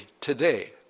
today